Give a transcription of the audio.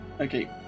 Okay